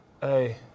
Hey